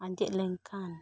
ᱟᱸᱡᱮᱜ ᱞᱮᱱᱠᱷᱟᱱ